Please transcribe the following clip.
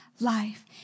life